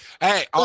Hey